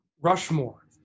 Rushmore